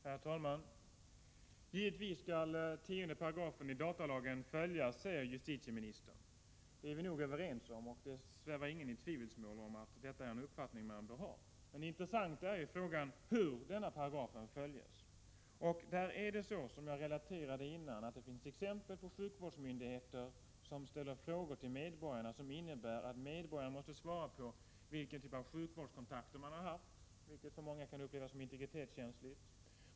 Herr talman! Givetvis skall 10 § i datalagen följas, säger justitieministern. Det är vi överens om, och ingen svävar väl i tvivelsmål om att detta är den uppfattning man bör ha. Men det intressanta är ju om denna paragraf följs. Det finns, som jag tidigare relaterade, exempel på sjukvårdsmyndigheter som ställer frågor till medborgarna som innebär att medborgarna måste redogöra för vilka sjukvårdskontakter de har haft, vilket många kan uppleva som integritetskänsligt.